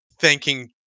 thanking